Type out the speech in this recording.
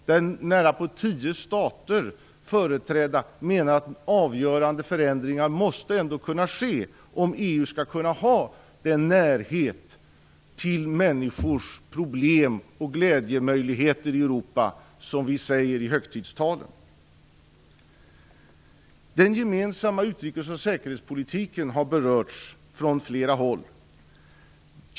De nästan tio stater som var företrädda menade där att avgörande förändringar måste ske om EU skall kunna ha den närhet till människors problem och glädjemöjligheter i Europa som vi talar om i högtidstalen. Den gemensamma utrikes och säkerhetspolitiken har berörts från flera håll.